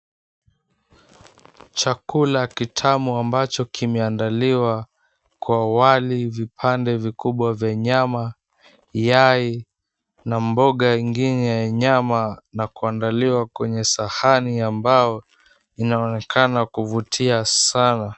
Chakula kitamu ambacho kimeandaliwa kwa wali, vipande vikubwa vya nyama, yai na mboga nyingine ya nyama na kuandaliwa kwenye sahani ambayo inaonekana kuvutia sana.